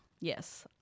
Yes